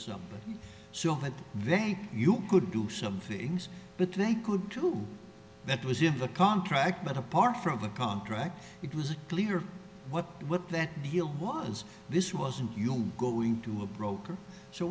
something that they you could do some things but they could too that was in the contract but apart from the contract it was a clear what what that deal was this wasn't you'll go into a broker so